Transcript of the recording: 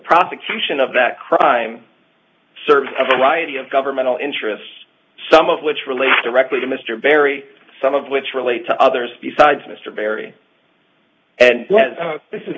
prosecution of that crime serves a variety of governmental interests some of which relate directly to mr barry some of which relate to others besides mr barry and this is